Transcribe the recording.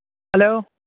hello